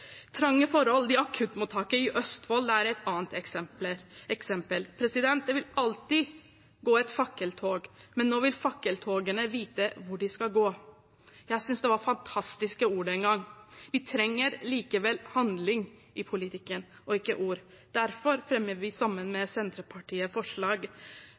trange forhold. Trange forhold ved akuttmottaket i Sykehuset Østfold er et annet eksempel. «Det vil alltid gå et fakkeltog, men nå vil fakkeltogene vite hvor de skal gå.» Jeg synes det var fantastiske ord som ble sagt den gangen. Vi trenger likevel handling i politikken, ikke ord. Derfor fremmer vi, sammen med Senterpartiet, forslag